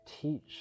teach